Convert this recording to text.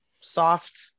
soft